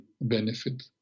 benefit